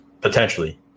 potentially